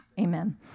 amen